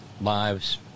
lives